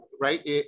right